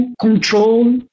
Control